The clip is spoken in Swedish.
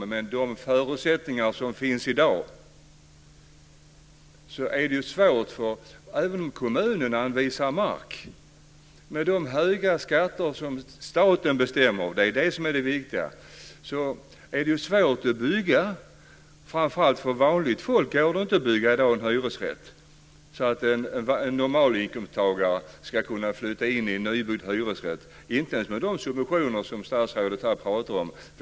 Med de förutsättningar som finns i dag och de höga skatter som staten bestämmer - det är det som är det viktiga - är det svårt att bygga även om kommunen anvisar mark. Framför allt för vanligt folk går det i dag inte att bygga en hyresrätt. Det går inte att bygga så att en normalinkomsttagare kan flytta in i en nybyggd hyresrätt - inte ens med de subventioner som statsrådet här pratar om.